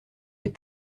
les